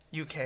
UK